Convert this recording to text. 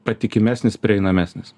patikimesnis prieinamesnis